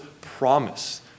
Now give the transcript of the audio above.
promise